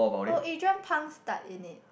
oh eh John-Pang starred in it